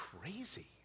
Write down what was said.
crazy